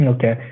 Okay